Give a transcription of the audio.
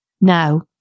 now